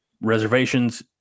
reservations